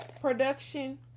production